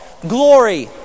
glory